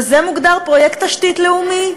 וזה מוגדר פרויקט תשתית לאומי.